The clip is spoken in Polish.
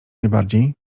najbardziej